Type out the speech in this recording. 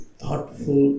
thoughtful